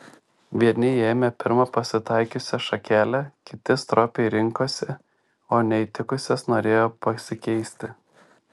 vieni ėmė pirmą pasitaikiusią šakelę kiti stropiai rinkosi o neįtikusias norėjo pasikeisti